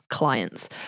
clients